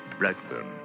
Blackburn